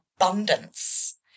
abundance